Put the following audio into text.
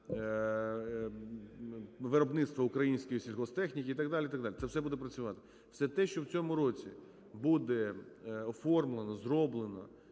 виробництво української сільгосптехніки і так далі, і так далі. Це все буде працювати. Все те, що в цьому році буде оформлено, зроблено